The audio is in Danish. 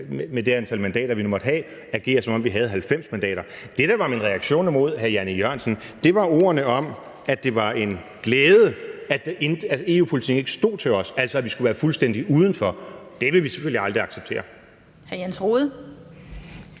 med det antal mandater, vi måtte have – at agere, som om vi havde 90 mandater. Det, der var min reaktion imod hr. Jan E. Jørgensen, var ordene om, at det var en glæde, at EU-politikken ikke stod til os, altså at vi skulle være fuldstændig udenfor. Det vil vi selvfølgelig aldrig acceptere. Kl. 17:25 Den